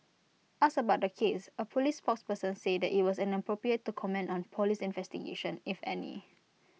asked about the case A Police spokesperson said IT was inappropriate to comment on Police investigations if any